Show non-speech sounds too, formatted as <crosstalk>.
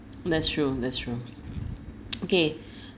that's true that's true <noise> okay <breath>